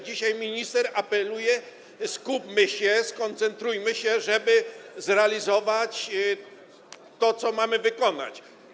Dzisiaj minister apeluje: skupmy się, skoncentrujmy się, żeby zrealizować to, co mamy wykonać.